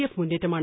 F മുന്നേറ്റമാണ്